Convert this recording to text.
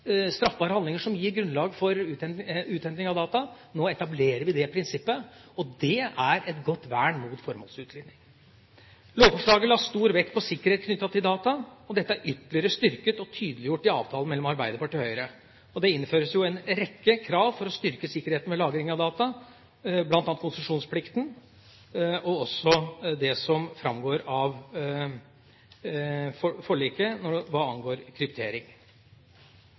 straffbare handlinger som gir grunnlag for uthenting av data, til nå å etablere det prinsippet. Det er et godt vern mot formålsutglidning. Lovforslaget la stor vekt på sikkerhet knyttet til data. Dette er ytterligere styrket og tydeliggjort i avtalen mellom Arbeiderpartiet og Høyre. Og det innføres en rekke krav for å styrke sikkerheten ved lagring av data, bl.a. konsesjonsplikten, og også det som framgår av forliket hva angår kryptering.